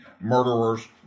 murderer's